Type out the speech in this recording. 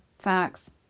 Facts